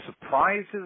surprises